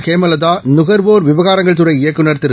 ஹேமலதா நுகாவோா விவகாரங்கள் துறை இயக்குநர் திரு